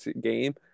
game